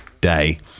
day